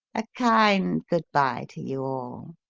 a kind good-bye to you all.